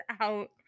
out